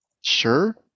sure